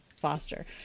Foster